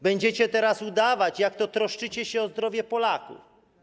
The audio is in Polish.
Będziecie teraz udawać, jak to troszczycie się o zdrowie Polaków.